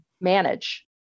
manage